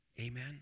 Amen